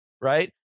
right